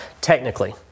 technically